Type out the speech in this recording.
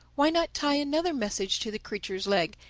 why not tie another message to the creature's leg,